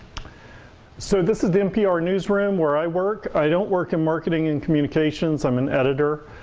so this is the npr newsroom, where i work. i don't work in marketing and communications. i'm an editor.